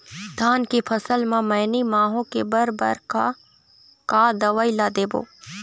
धान के फसल म मैनी माहो के बर बर का का दवई ला देबो?